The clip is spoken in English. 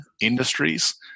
industries